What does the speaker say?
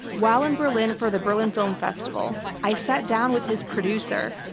while in berlin for the berlin film festival, i sat down with his producer,